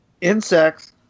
insects